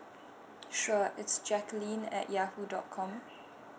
sure it's jacqueline at yahoo dot com